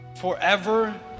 forever